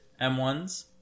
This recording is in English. M1s